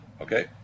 okay